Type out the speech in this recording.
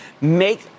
make